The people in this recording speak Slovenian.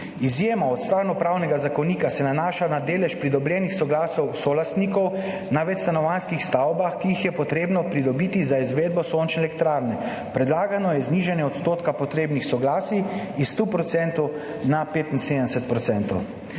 Izjema od Stvarnopravnega zakonika se nanaša na delež pridobljenih soglasij solastnikov na večstanovanjskih stavbah, ki jih je treba pridobiti za izvedbo sončne elektrarne. Predlagano je znižanje odstotka potrebnih soglasij iz 100 % na 75 %.